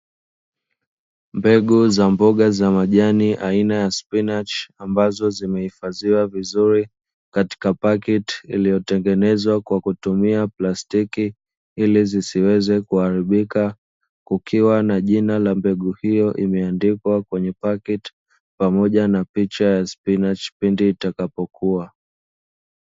Mbegu za mboga za majani aina ya spinachi ambazo zimehifadhiwa vizuri, katika paketi iliyotengenezwa kwa kutumia plastiki ili zisiweze kuharibika, kukiwa na jina la mbegu hiyo limeandikwa kwenye paketi pamoja na picha ya spinachi pindi itakapokua.